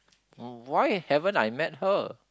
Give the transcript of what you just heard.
oh why haven't I met her